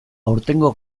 aurtengo